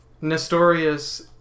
Nestorius